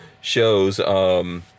shows